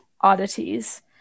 oddities